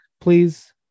please